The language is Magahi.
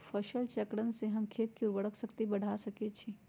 फसल चक्रण से हम खेत के उर्वरक शक्ति बढ़ा सकैछि?